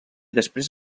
després